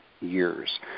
years